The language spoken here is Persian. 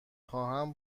خواهم